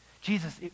jesus